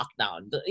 lockdown